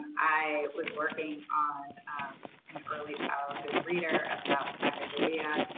i was working on an early childhood reader about sacagawea.